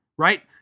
Right